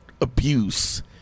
abuse